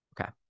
Okay